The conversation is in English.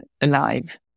alive